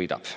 võidab.